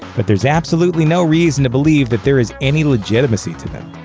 but there's absolutely no reason to believe but there is any legitimacy to them.